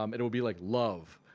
um it'll be like love.